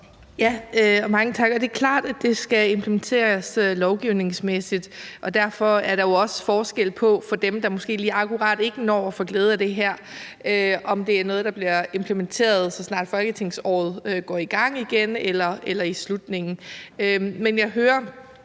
(SF): Mange tak. Det er klart, at det skal implementeres lovgivningsmæssigt, og derfor er det jo også vigtigt for dem, der måske lige akkurat ikke når at få glæde af det her, om det er noget, der bliver implementeret, så snart folketingsåret går i gang igen eller i slutningen. Men jeg hører